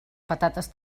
patates